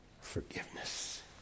forgiveness